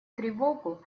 тревогу